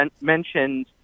mentioned